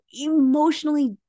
emotionally